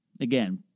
Again